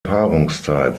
paarungszeit